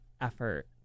effort